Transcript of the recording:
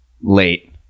late